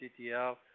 CTL